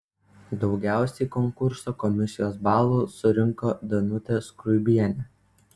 daugiausiai konkurso komisijos balų surinko danutė skruibienė